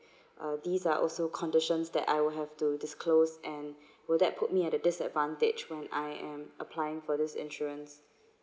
uh these are also conditions that I will have to disclose and would that put me at the disadvantage when I am applying for this insurance